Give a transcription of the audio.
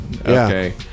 Okay